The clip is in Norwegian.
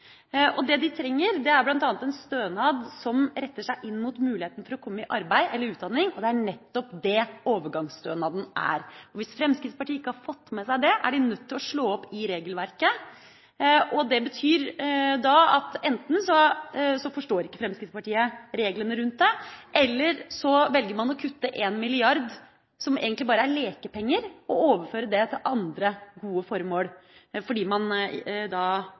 har. Det de trenger, er bl.a. en stønad som retter seg inn mot muligheten for å komme i arbeid eller utdanning, og det er nettopp det overgangsstønaden er. Hvis Fremskrittspartiet ikke har fått med seg det, er de nødt til å slå opp i regelverket. Det betyr at enten forstår ikke Fremskrittspartiet reglene rundt det, eller så velger man å kutte 1 mrd. kr som egentlig bare er lekepenger, og overfører det til andre gode formål fordi man